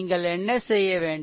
நீங்கள் என்ன செய்யவேண்டும்